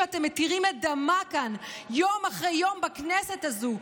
שאתם מתירים את דמה כאן יום אחר יום בכנסת הזו,